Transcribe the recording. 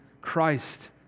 Christ